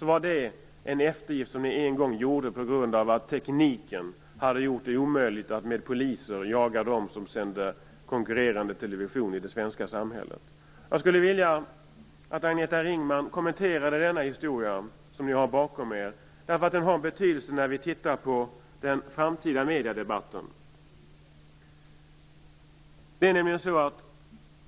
var det en eftergift som ni en gång gjorde på grund av att tekniken hade gjort det omöjligt att med poliser jaga dem som sände konkurrerande television i det svenska samhället. Jag skulle vilja att Agneta Ringman kommenterade denna historia som ni har bakom er, därför att det har en betydelse när vi tittar på den framtida mediedebatten.